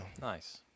Nice